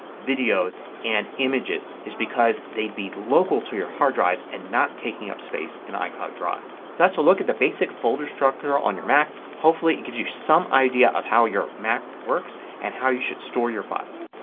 videos, and images is because they would be local to your hard drive and not taking up space in icloud drive. so that's a look at the basic folder structure on your mac. hopefully it gives you some idea of how your mac works and how you should store your files.